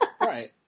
right